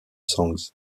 songs